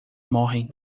morrem